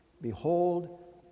behold